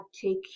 take